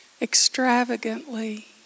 extravagantly